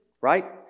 right